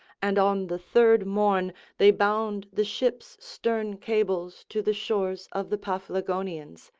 and on the third morn they bound the ship's stern cables to the shores of the paphlagonians,